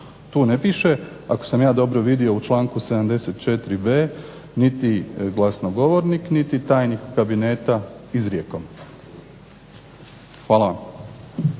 Tu ne piše ako sam ja dobro vidio u članku 74.b niti glasnogovornik niti tajnik kabineta izrijekom. Hvala.